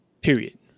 period